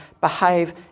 behave